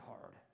hard